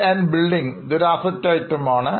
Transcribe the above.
Land building ഇതൊരു Asset item ആണ്